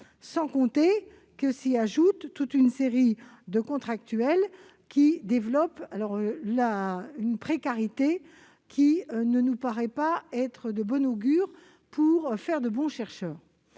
sans compter que s'y ajoute toute une série de contractuels, qui développent une précarité qui ne nous paraît pas de bon augure pour faire de bons chercheurs.